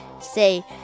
Say